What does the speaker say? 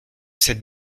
cette